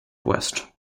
west